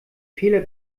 fehler